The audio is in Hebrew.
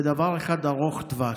ודבר אחד ארוך טווח.